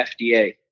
FDA